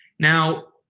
now,